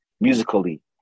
musically